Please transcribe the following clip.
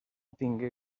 tingué